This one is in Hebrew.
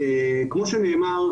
כמו שנאמר,